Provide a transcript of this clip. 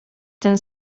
ten